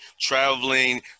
traveling